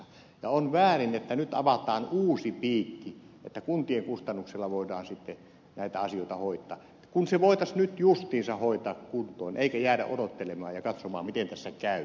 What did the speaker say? on väärin että nyt avataan uusi piikki että kuntien kustannuksella voidaan sitten näitä asioita hoitaa kun se voitaisiin nyt justiinsa hoitaa kuntoon eikä jäädä odottelemaan ja katsomaan miten tässä käy